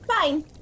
Fine